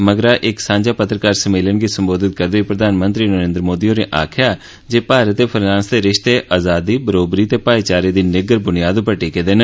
मगरा इक सांझा पत्रकार सम्मेलन गी संबोधित करदे होई प्रधानमंत्री नरेंद्र मोदी होरें आक्खेआ जे भारत ते फ्रांस दे रिश्ते आजादी बरौबरी ते भईचारे दी निग्गर बुनियाद उप्पर टिके दे न